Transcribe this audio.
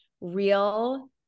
real